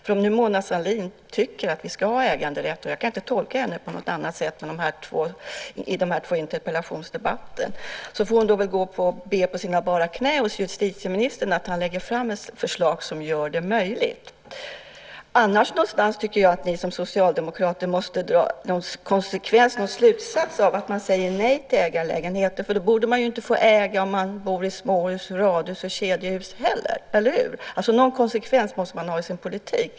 För om nu Mona Sahlin tycker att vi ska ha äganderätt, och jag kan inte tolka henne på något annat sätt i de här två interpellationsdebatterna, får hon väl gå och be på sina bara knän hos justitieministern om att han lägger fram ett förslag som gör det möjligt. Annars tycker jag att ni som socialdemokrater måste dra någon slutsats av att ni säger nej till ägarlägenheter. Då borde man ju inte få äga om man bor i småhus, radhus och kedjehus heller, eller hur? Någon konsekvens måste man ha i sin politik.